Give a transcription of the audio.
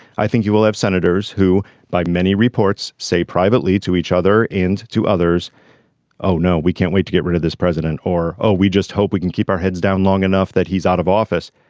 i think you will have senators who by many reports say privately to each other and to others oh no. we can't wait to get rid of this president or oh we just hope we can keep our heads down long enough that he's out of office.